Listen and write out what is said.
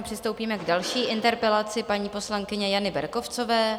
Přistoupíme k další interpelaci paní poslankyně Jany Berkovcové.